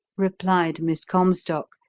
replied miss comstock,